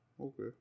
Okay